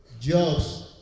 jobs